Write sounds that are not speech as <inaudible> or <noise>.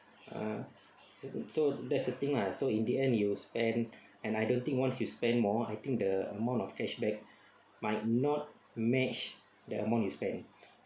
uh certain so that's the thing lah so in the end you will spend and I don't think once you spend more I think the amount of cash back might not match the amount you spend <noise>